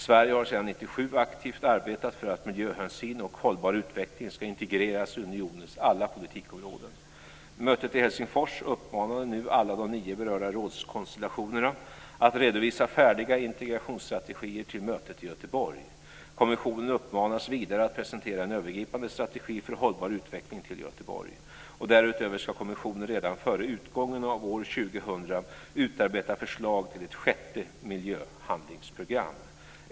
Sverige har sedan 1997 aktivt arbetat för att miljöhänsyn och hållbar utveckling ska integreras i unionens alla politikområden. På mötet i Helsingfors uppmanades nu alla de nio berörda rådskonstellationerna att redovisa färdiga integrationsstrategier till mötet i Göteborg. Kommissionen uppmanas vidare att presentera en övergripande strategi för hållbar utveckling till Göteborg, och därutöver ska kommissionen redan före utgången av år 2000 utarbeta förslag till ett sjätte miljöhandlingsprogram.